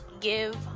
give